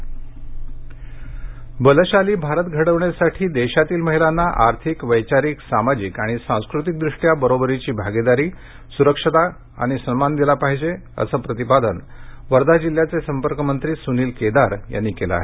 केदार बलशाली भारत घडवण्यासाठी देशातील महिलांना आर्थिकवैचारिक सामाजिक आणि सांस्कृतिकदृष्ट्या बरोबरीची भागीदारी सुरक्षा आणि सन्मान दिला पाहिजे असं प्रतिपादन वर्धा जिल्ह्याचे संपर्कमंत्री सुनील केदार यांनी केले आहे